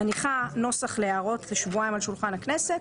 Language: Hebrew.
מניחה נוסח להערות לשבועיים על שולחן הכנסת,